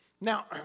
Now